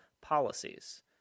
policies